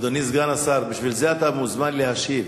אדוני סגן השר, בשביל זה אתה מוזמן להשיב.